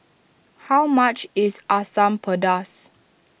how much is Asam Pedas